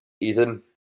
Ethan